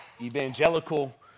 evangelical